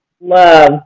love